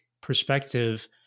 perspective